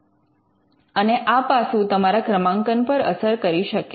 અને આ પાસું તમારા ક્રમાંકન પર અસર કરી શકે છે